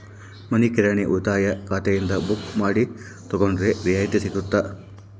ಮನಿ ಕಿರಾಣಿ ಉಳಿತಾಯ ಖಾತೆಯಿಂದ ಬುಕ್ಕು ಮಾಡಿ ತಗೊಂಡರೆ ರಿಯಾಯಿತಿ ಸಿಗುತ್ತಾ?